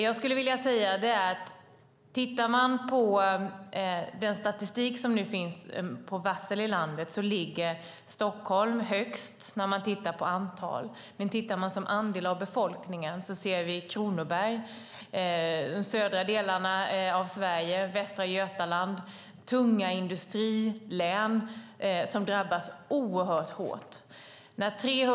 Jag skulle vilja säga att om man tittar på den statistik som finns över varsel i landet ser man att Stockholm ligger högst när det gäller antal, men som andel av befolkningen ser vi att Kronoberg, de södra delarna av Sverige, Västra Götaland, alltså tunga industrilän, drabbas oerhört hårt.